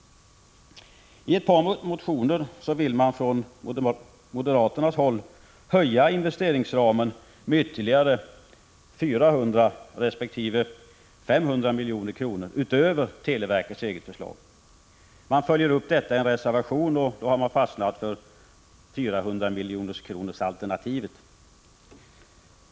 I ett par motioner vill man från moderaternas håll höja investeringsramen med 400 resp. 500 milj.kr. utöver televerkets eget förslag. Man följer upp detta i en reservation och har då fastnat för alternativet 400 milj.kr.